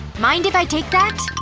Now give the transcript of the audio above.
mind if i take that?